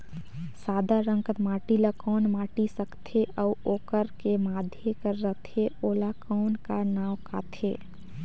सादा रंग कर माटी ला कौन माटी सकथे अउ ओकर के माधे कर रथे ओला कौन का नाव काथे?